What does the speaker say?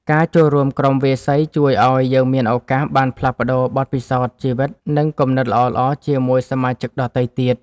ការចូលរួមក្រុមវាយសីជួយឱ្យយើងមានឱកាសបានផ្លាស់ប្តូរបទពិសោធន៍ជីវិត និងគំនិតល្អៗជាមួយសមាជិកដទៃទៀត។